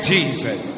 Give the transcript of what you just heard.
Jesus